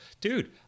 Dude